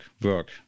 work